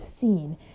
seen